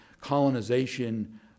colonization